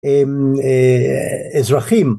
אממ אההה... אזרחים.